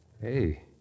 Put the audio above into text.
Hey